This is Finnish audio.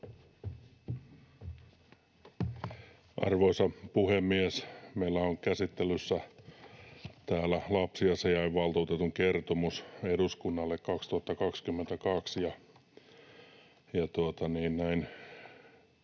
Arvoisa puhemies! Meillä on käsittelyssä täällä lapsiasiainvaltuutetun kertomus eduskunnalle 2022,